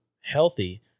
healthy